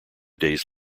days